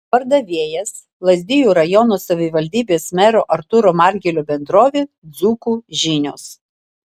pardavėjas lazdijų rajono savivaldybės mero artūro margelio bendrovė dzūkų žinios